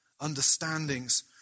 understandings